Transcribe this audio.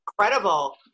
incredible